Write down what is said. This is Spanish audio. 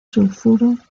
sulfuro